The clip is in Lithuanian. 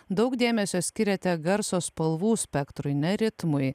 daug dėmesio skiriate garso spalvų spektrui ne ritmui